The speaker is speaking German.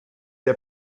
der